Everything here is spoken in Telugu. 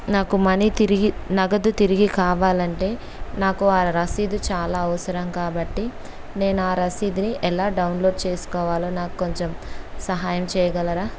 నాకు మనీ తిరిగి నగదు తిరిగి కావాలంటే నాకు ఆ రసీదు చాలా అవసరం కాబట్టి నేను ఆ రసీదుని ఎలా డౌన్లోడ్ చేసుకోవాలో నాకు కొంచెం సహాయం చేయగలరా